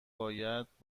باید